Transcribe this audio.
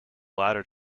latter